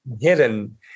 hidden